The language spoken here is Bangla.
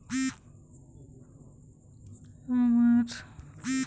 আমার জিরো ব্যালেন্স অ্যাকাউন্টে পাসবুক আপডেট মেশিন এর সাহায্যে কীভাবে করতে পারব?